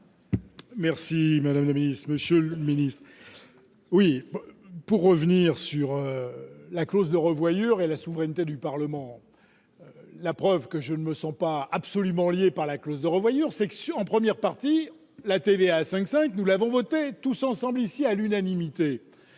Merci madame la Ministre, Monsieur le Ministre, oui pour revenir sur la clause de revoyure et la souveraineté du Parlement. La preuve que je ne me sens pas absolument liée par la clause de revoyure section en première partie, la TVA à 5 5, nous l'avons voté tous ensemble ici, à l'unanimité,